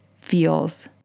feels